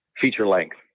feature-length